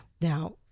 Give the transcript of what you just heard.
Now